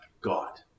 God